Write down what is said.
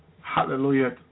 Hallelujah